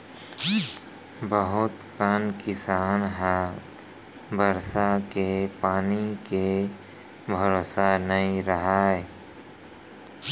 बहुत कन किसान ह बरसा के पानी के भरोसा नइ रहय